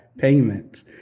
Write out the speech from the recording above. payment